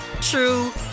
true